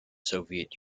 soviet